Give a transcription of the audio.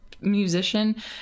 musician